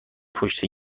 پشت